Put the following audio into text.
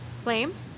flames